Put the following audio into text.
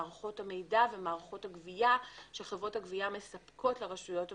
מערכות המידע ומערכות הגבייה שחברות הגבייה מספקות לרשויות המקומיות.